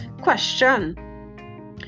question